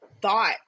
thought